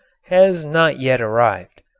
has not yet arrived.